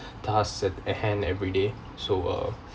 task at at hand every day so uh